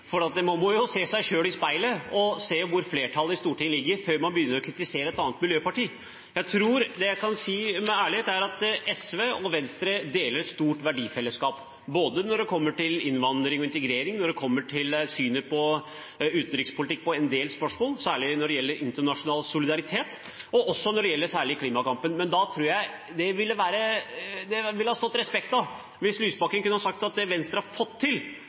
Man må jo se seg selv i speilet og se hvor flertallet i Stortinget ligger, før man begynner å kritisere et annet miljøparti. Jeg tror det jeg kan si med ærlighet, er at SV og Venstre deler et stort verdifellesskap, både når det kommer til innvandring og integrering, og når det kommer til synet på utenrikspolitikk i en del spørsmål, særlig når det gjelder internasjonal solidaritet og klimakampen. Jeg tror det ville ha stått respekt av det hvis Lysbakken kunne sagt at det Venstre har fått til